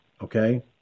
Okay